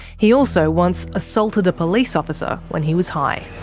he also once assaulted a police officer when he was high.